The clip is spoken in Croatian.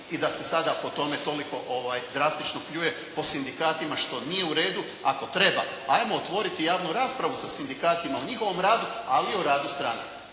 i da se sada po tome toliko drastično pljuje. Po sindikatima što nije u redu. Ako treba ajmo otvoriti javnu raspravu sa sindikatima o njihovom radu ali i o radu stranaka